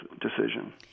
decision